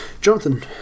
jonathan